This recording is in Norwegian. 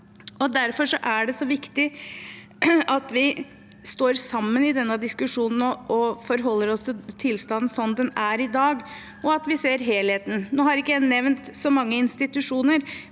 Derfor er det så viktig at vi står sammen i denne diskusjonen og forholder oss til tilstanden slik den er i dag, og at vi ser helheten. Nå har ikke jeg nevnt så mange institusjoner,